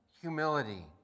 humility